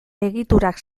egiturak